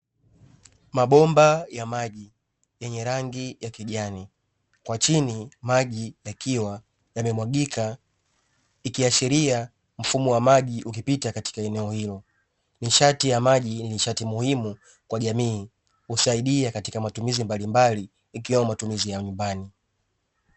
Mabomba ya maji yenye rangi ya kijani, kwa chini maji yakiwa yame mwagika ikiashiria mfumo wa maji ukipita katika eneo hilo. Nishati ya maji ni nishati muhimu kwa jamii husaidia katika matumizi mbalimbali ikiwemo matumizi ya nyumbani.